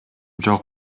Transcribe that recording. жок